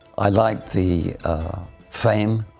i liked the ah fame,